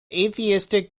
atheistic